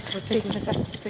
we're taking a test.